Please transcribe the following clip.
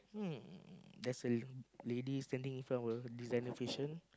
um there's a lady standing in front of a designer fashion